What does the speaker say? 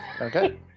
Okay